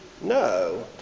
no